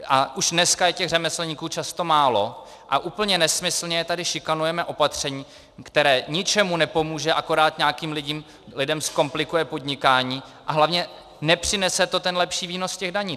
A už dneska je těch řemeslníků často málo a úplně nesmyslně je tady šikanujeme opatřením, které ničemu nepomůže, akorát nějakým lidem zkomplikuje podnikání a hlavně nepřinese to lepší výnos daní.